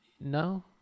No